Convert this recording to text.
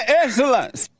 excellence